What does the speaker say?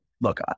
look